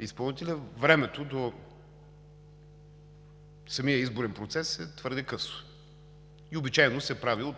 изпълнителя, времето до самия изборен процес е твърде късо и обичайно се прави от